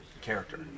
character